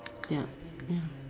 yup ya